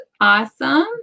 awesome